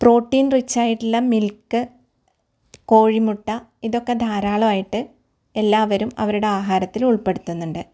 protein rich ആയിട്ടുള്ള milk കോഴിമുട്ട ഇതൊക്കെ ധാരാളമായിട്ട് എല്ലാവരും അവരുടെ ആഹാരത്തിൽ ഉൾപ്പെടുത്തുന്നുണ്ട്